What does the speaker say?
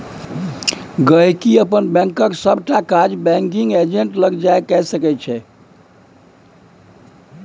गांहिकी अपन बैंकक सबटा काज बैंकिग एजेंट लग कए सकै छै